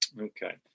Okay